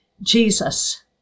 Jesus